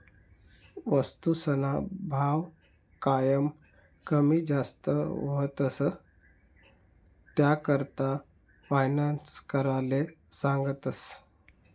वस्तूसना भाव कायम कमी जास्त व्हतंस, त्याकरता फायनान्स कराले सांगतस